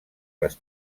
les